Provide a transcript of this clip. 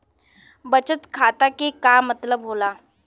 बचत खाता के का मतलब होला?